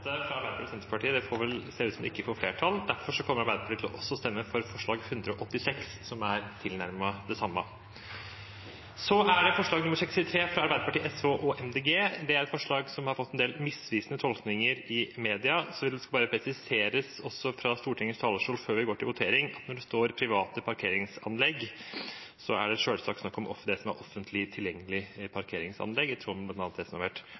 fra Arbeiderpartiet og Senterpartiet, ser ut til ikke å få flertall, derfor kommer Arbeiderpartiet også til å stemme for forslag nr. 186, som er tilnærmet det samme. Så gjelder det forslag nr. 63, fra Arbeiderpartiet, Sosialistisk Venstreparti og Miljøpartiet De Grønne. Det er et forslag som har fått en del misvisende tolkninger i media, så jeg vil bare presisere også fra Stortingets talerstol før vi går til votering, at når det står «private parkeringsarealer», er det selvsagt snakk om offentlig tilgjengelige parkeringsanlegg, i tråd med bl.a. det som har vært